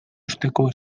osteko